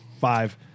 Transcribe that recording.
five